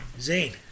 Zane